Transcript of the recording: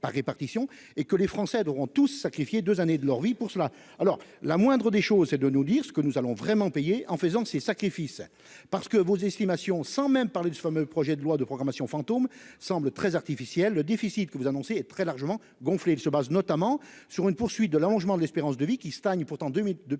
par répartition et que les Français devront tous sacrifié 2 années de leur vie pour cela. Alors la moindre des choses c'est de nous dire ce que nous allons vraiment payer en faisant ces sacrifices parce que vos estimations sans même parler de ce fameux projet de loi de programmation fantômes semble très artificiel le déficit que vous annoncez et très largement gonflée. Ils se basent notamment sur une poursuite de l'allongement de l'espérance de vie qui stagne. Pourtant, 2000 depuis